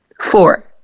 Four